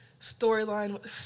storyline